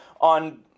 on